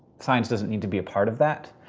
science doesn't need to be a part of that.